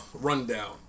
rundown